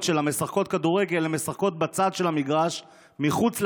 שלה משחקות כדורגל הן משחקות בצד של המגרש מחוץ לדשא,